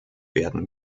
werden